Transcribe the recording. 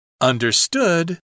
Understood